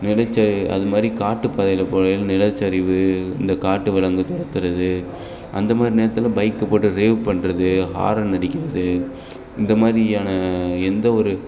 நிலச்சரிவு அது மாதிரி காட்டுப் பாதையில் போகயில நிலச்சரிவு இந்தக் காட்டு விலங்கு துரத்துறது அந்த மாதிரி நேரத்தில் பைக்கை போட்டு ட்ரைவ் பண்ணுறது ஹாரன் அடிக்கிறது இந்த மாதிரியான எந்த ஒரு